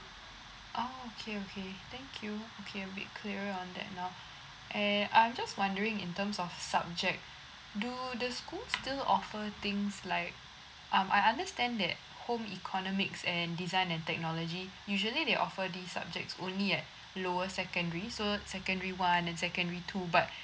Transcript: oh okay okay thank you okay a bit clearer on that now and I'm just wondering in terms of subject do the schools still offer things like um I understand that home economics and design and technology usually they offer these subjects only at lower secondary so secondary one and secondary two but